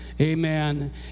Amen